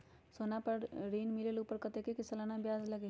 सोना पर ऋण मिलेलु ओपर कतेक के सालाना ब्याज लगे?